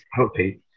Okay